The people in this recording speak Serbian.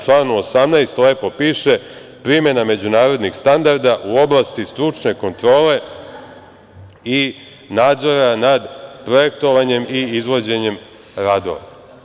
Član 18 - Primena međunarodnih standarda u oblasti stručne kontrole i nadzora nad projektovanjem i izvođenjem radova.